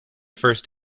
first